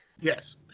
Yes